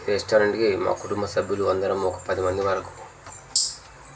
రెస్టారెంట్కి మా కుటుంబ సభ్యులు అందరం ఒక పదిమంది వరకు